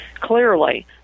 clearly